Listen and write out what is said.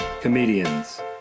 comedians